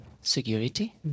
security